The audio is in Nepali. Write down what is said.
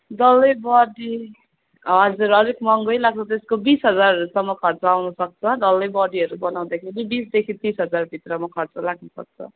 डल्लै बडी हजुर अलिक महँगै लाग्छ त्यसको बिस हजारहरूसम्म खर्च आउनुसक्छ डल्लै बडीहरू बनाउँदाखेरि बिसदेखि तिस हजारभित्रमा खर्च लाग्नुसक्छ